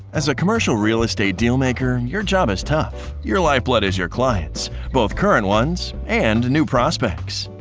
as a commercial real estate deal maker, your job is tough. your lifeblood is your clients both current ones and new prospects.